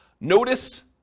Notice